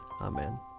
Amen